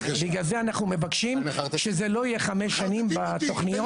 בגלל זה אנחנו מבקשים שזה לא יהיה חמש שנים בתוכניות,